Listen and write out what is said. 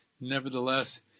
nevertheless